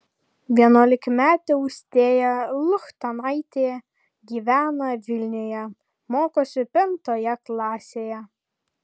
vienuolikmetė austėja luchtanaitė gyvena vilniuje mokosi penktoje klasėje